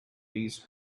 these